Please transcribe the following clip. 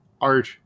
art